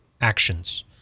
actions